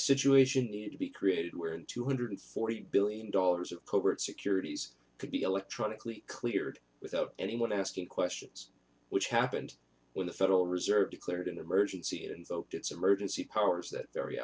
situation needed to be created where in two hundred forty billion dollars of covert securities could be electronically cleared without anyone asking questions which happened when the federal reserve declared an emergency it invoked its emergency powers that very